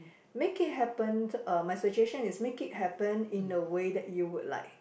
make it happened uh my suggestion is make it happen in a way that you would like